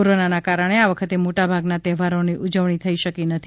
કોરોનાના કારણે આ વખતે મોટાભાગના તહેવારોની ઉજવણી થઈ શકી નથી